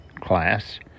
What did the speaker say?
class